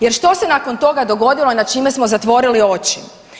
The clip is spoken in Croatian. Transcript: Jer što se nakon toga dogodilo i nad čime smo zatvorili oči?